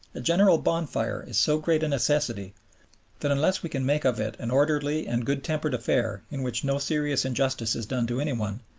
a general bonfire is so great a necessity that unless we can make of it an orderly and good-tempered affair in which no serious injustice is done to any one,